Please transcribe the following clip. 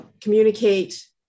communicate